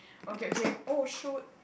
okay okay oh shoot